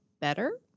better